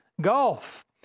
golf